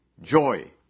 Joy